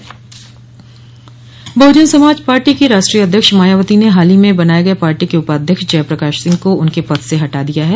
बहुजन Samaj party की राष्ट्रीय अध्यक्ष मायावती ने हाल ही में बनाये गये पार्टी के उपाध्यक्ष जय प्रकाश सिंह को उनके पद से हटा दिया है